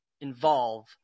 involve